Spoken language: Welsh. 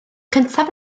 cyntaf